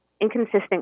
inconsistent